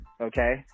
Okay